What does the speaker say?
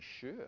sure